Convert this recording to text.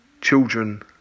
children